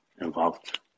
involved